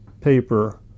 paper